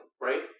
right